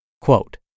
Quote